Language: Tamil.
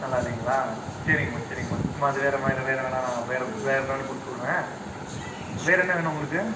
நல்லா இல்லைங்களா சரிங்கம்மா சரிங்கம்மா அம்மா அது வேறும்மா இல்லை வேறு வேணுனா நான் வேறு வேறு ப்ராண்டு கொடுத்து விட்றேன் வேறு என்ன வேணும் உங்களுக்கு